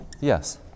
Yes